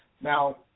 Now